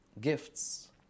gifts